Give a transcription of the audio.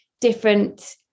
different